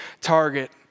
target